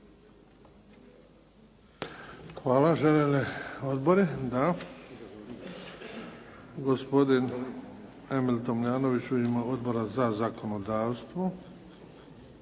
Hvala. Žele li odbori? Da. Gospodin Emil Tomljanović u ime Odbora za zakonodavstvo.